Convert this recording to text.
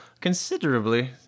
considerably